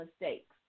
mistakes